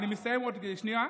אני מסיים עוד שנייה.